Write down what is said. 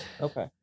Okay